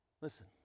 listen